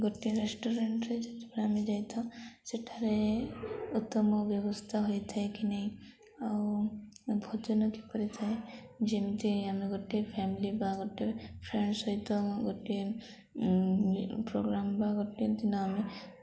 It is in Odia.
ଗୋଟିଏ ରେଷ୍ଟୁରାଣ୍ଟରେ ଯେତେବେଳେ ଆମେ ଯାଇଥାଉ ସେଠାରେ ଉତ୍ତମ ବ୍ୟବସ୍ଥା ହୋଇଥାଏ କି ନାହିଁ ଆଉ ଭୋଜନ କିପରି ଥାଏ ଯେମିତି ଆମେ ଗୋଟଏ ଫ୍ୟାମିଲି ବା ଗୋଟେ ଫ୍ରେଣ୍ଡ ସହିତ ଗୋଟିଏ ପ୍ରୋଗ୍ରାମ୍ ବା ଗୋଟିଏ ଦିନ ଆମେ